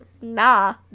nah